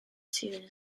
ziel